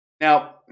Now